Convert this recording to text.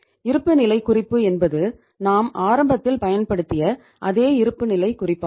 இருப்புநிலை குறிப்பு என்பது நாம் ஆரம்பத்தில் பயன்படுத்திய அதே இருப்புநிலை குறிப்பாகும்